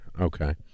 Okay